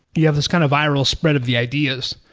you have this kind of viral spread of the ideas,